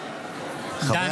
דן